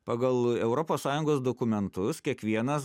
pagal europos sąjungos dokumentus kiekvienas